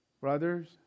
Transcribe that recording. Brothers